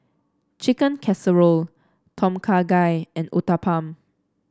Chicken Casserole Tom Kha Gai and Uthapam